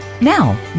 Now